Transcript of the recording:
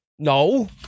No